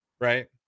right